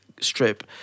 strip